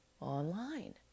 online